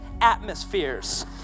atmospheres